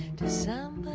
to some